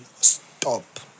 stop